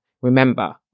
Remember